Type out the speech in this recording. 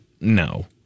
No